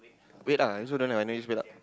wait ah I also don't have I never use PayLah